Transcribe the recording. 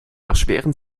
erschweren